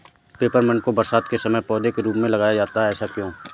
Peppermint को बरसात के समय पौधे के रूप में लगाया जाता है ऐसा क्यो?